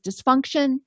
dysfunction